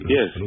Yes